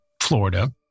Florida